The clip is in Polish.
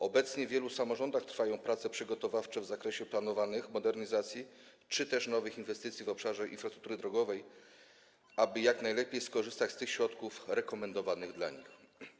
Obecnie w wielu samorządach trwają prace przygotowawcze w zakresie planowanych modernizacji czy też nowych inwestycji w obszarze infrastruktury drogowej, aby mogły jak najlepiej skorzystać z tych środków rekomendowanych dla nich.